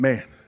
Man